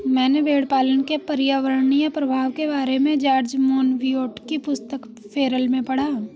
मैंने भेड़पालन के पर्यावरणीय प्रभाव के बारे में जॉर्ज मोनबियोट की पुस्तक फेरल में पढ़ा